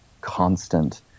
constant